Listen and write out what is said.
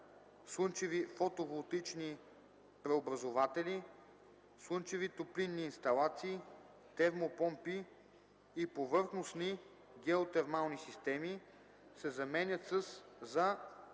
слънчеви фотоволтаични преобразуватели, слънчеви топлинни инсталации, термопомпи и повърхностни геотермални системи” се заменят със